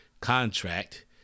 contract